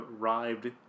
arrived